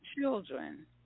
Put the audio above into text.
children